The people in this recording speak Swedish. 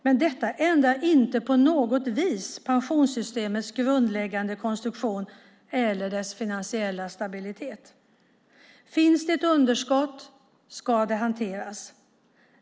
Men detta ändrar inte på något vis pensionssystemets grundläggande konstruktion eller dess finansiella stabilitet. Finns det ett underskott ska det hanteras.